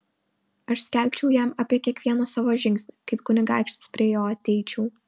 aš skelbčiau jam apie kiekvieną savo žingsnį kaip kunigaikštis prie jo ateičiau